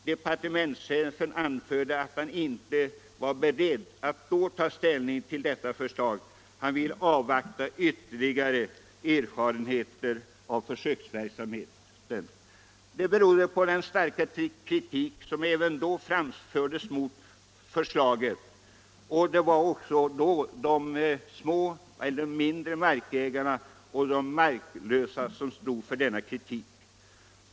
Departementschefen anförde att han inte var beredd att då ta ställning till detta förslag; han ville avvakta ytterligare erfarenheter av försöksverksamheten. Det berodde på den starka kritik som även då framfördes mot förslaget, och det var också då de mindre markägarna och de marklösa jägarna som stod för denna kritik.